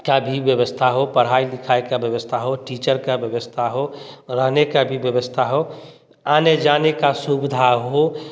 का भी व्यवस्था हो पढ़ाई लिखाई का व्यवस्था हो टीचर का व्यवस्था हो रहने का भी व्यवस्था हो आने जाने का सुविधा हो